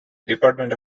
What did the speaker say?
department